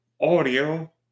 audio